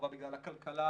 הוא בא בגלל הכלכלה,